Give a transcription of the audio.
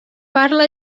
parla